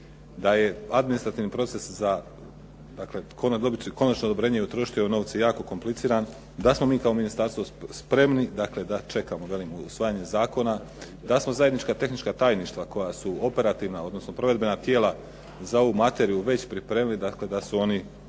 se ne razumije./… konačno odobrenje i utrošti ove novce jako kompliciran, da smo mi kao ministarstvo spremni, dakle, da čekamo, velim usvajanje zakona, da smo zajednička tehnička tajništva koja su operativna, odnosno provedbena tijela za ovu materiju već pripremili, dakle, da su oni